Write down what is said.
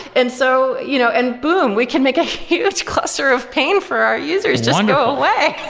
and so you know and boom, we can make a huge cluster of pain for our users just and go away.